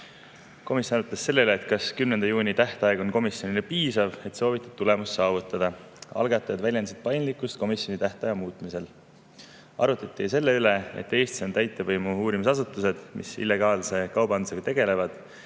Komisjon arutas selle üle, kas 10. juuni tähtaeg on komisjonile piisav, et soovitud tulemust saavutada. Algatajad väljendasid paindlikkust selle tähtaja muutmiseks. Arutleti selle üle, et Eestis on täitevvõimu uurimisasutused, mis illegaalse kaubandusega tegelevad,